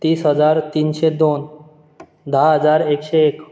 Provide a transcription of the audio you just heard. तीस हजार तिनशें दोन धा हजार एकशें एक